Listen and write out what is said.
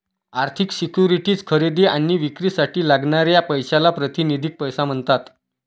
आर्थिक सिक्युरिटीज खरेदी आणि विक्रीसाठी लागणाऱ्या पैशाला प्रातिनिधिक पैसा म्हणतात